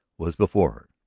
was before her.